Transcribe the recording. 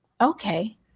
Okay